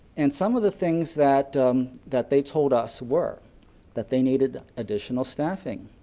and some of the things that that they told us were that they needed additional staffing,